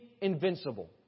invincible